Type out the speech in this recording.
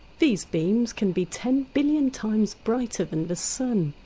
these beams can be ten billion times brighter than the sun.